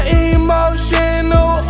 emotional